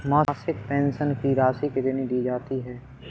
मासिक पेंशन की राशि कितनी दी जाती है?